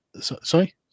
Sorry